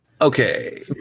Okay